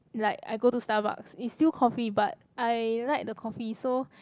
like I go to Starbucks it's still coffee but I like the coffee so